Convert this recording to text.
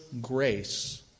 grace